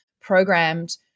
programmed